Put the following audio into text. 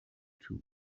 too